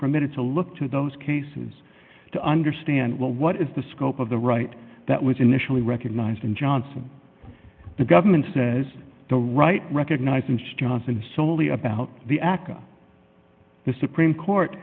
permitted to look to those cases to understand what is the scope of the right that was initially recognized in johnson the government says the right recognizing johnson is solely about the aca the supreme court